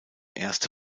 erste